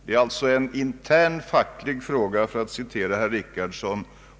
Den är alltså, för att citera herr Richardson, en intern facklig fråga.